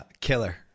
Killer